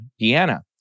Deanna